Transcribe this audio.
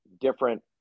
different